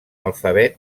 alfabet